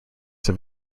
have